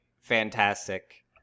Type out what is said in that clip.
fantastic